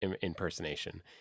impersonation